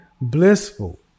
Blissful